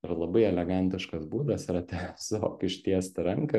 ir labai elegantiškas būdas yra tiesiog ištiesti ranką